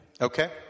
Okay